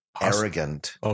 arrogant